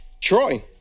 Troy